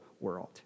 world